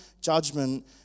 judgment